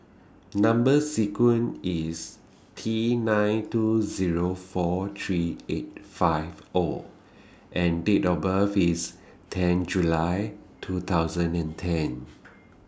Number sequence IS T nine two Zero four three eight five O and Date of birth IS ten July two thousand and ten